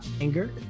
Anger